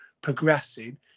progressing